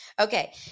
Okay